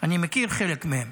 אני מכיר חלק מהם.